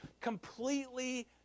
completely